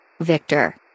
Victor